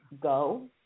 go